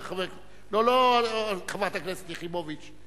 חברת הכנסת יחימוביץ.